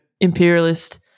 imperialist